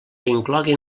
incloguin